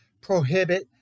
prohibit